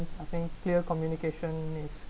I think clear communication is